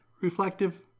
reflective